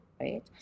right